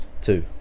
two